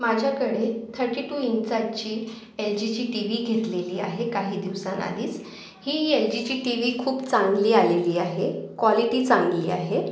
माझ्याकडे thirty two इंचाची L जीची टी वी घेतलेली आहे काही दिवसांआधीच ही एल जीची टी वी खूप चांगली आलेली आहे कॉलिटी चांगली आहे